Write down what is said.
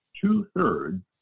two-thirds